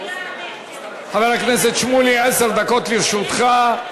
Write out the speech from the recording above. חבר הכנסת שמולי, עשר דקות לרשותך.